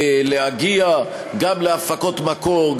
להגיע גם להפקות מקור,